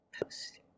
post